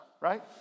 right